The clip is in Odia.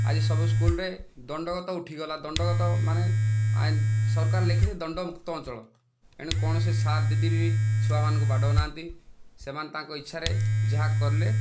ଆଜି ସବୁ ସ୍କୁଲରେ ଦଣ୍ଡଗତ ଉଠିଗଲା ଦଣ୍ଡଗତ ମାନେ ସରକାର ଲେଖିଲେ ଦଣ୍ଡ ମୁକ୍ତ ଅଞ୍ଚଳ ଏଣୁ କୌଣସି ସାର୍ ଦିଦି ବି ଛୁଆମାନଙ୍କୁ ବାଡ଼ାଉନାହାନ୍ତି ସେମାନେ ତାଙ୍କ ଇଚ୍ଛାରେ ଯାହା କଲେ